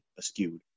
askewed